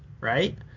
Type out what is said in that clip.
right